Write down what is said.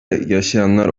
yaşayanlar